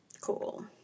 Cool